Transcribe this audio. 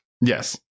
Yes